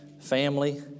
family